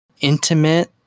intimate